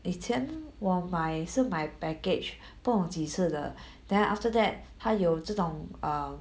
以前我买是买 package 不懂几次的 then after that 它有这种 err